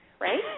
right